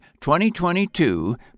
2022